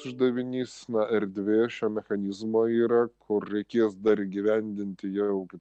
uždavinys na erdvė šio mechanizmo yra kur reikės dar įgyvendinti jo jau kaip